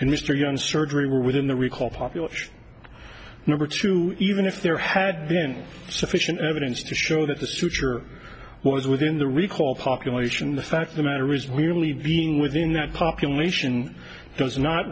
in mr young surgery were within the recall population number two even if there had been sufficient evidence to show that the suture was within the recall population the fact the matter is merely being within that population does not